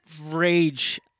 rage